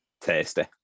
Tasty